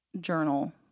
journal